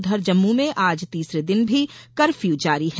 उधर जम्मू में आज तीसरे दिन भी कफ्यू जारी है